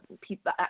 people